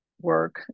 work